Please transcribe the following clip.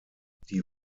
die